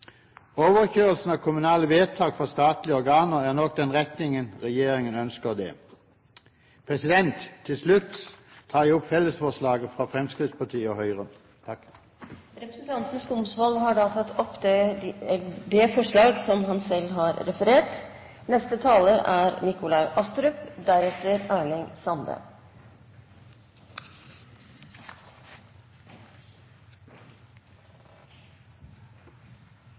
av kommunale vedtak fra statlige organer er nok den retningen regjeringen ønsker det. Til slutt tar jeg opp fellesforslaget fra Fremskrittspartiet og Høyre. Representanten Henning Skumsvoll har tatt opp det forslaget han refererte til. Riksantikvaren har viktige oppgaver som Miljøverndepartementets fagdirektorat på kulturminnefeltet. Dette er i mange tilfeller oppgaver som det er